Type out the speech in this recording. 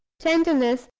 tenderness,